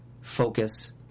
focus